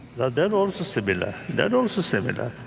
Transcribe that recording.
that that also similar, that also similar.